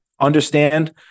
understand